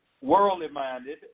worldly-minded